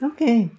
Okay